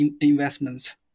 investments